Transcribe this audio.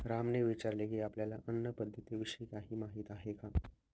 रामने विचारले की, आपल्याला अन्न पद्धतीविषयी काही माहित आहे का?